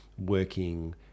working